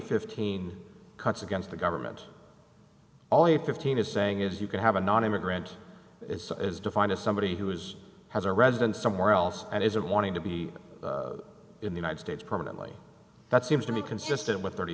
fifteen counts against the government all you fifteen is saying if you can have a nonimmigrant it is defined as somebody who is has a residence somewhere else and isn't wanting to be in the united states permanently that seems to me consistent with thirty